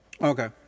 Okay